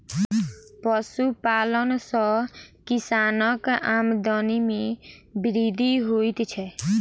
पशुपालन सॅ किसानक आमदनी मे वृद्धि होइत छै